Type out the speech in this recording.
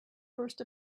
first